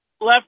left